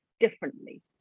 differently